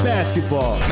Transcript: Basketball